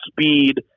speed